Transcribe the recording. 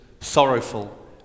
sorrowful